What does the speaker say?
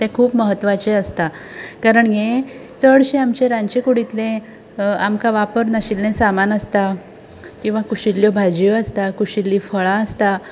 तें खूब महत्वाचें आसता कारण हें चडशें आमचे रांदचेकुडींतलें आमकां वापर नाशिल्लें सामान आसता किंवा कुशिल्ल्यो भाजयो आसता कुशिल्लीं फळां आसता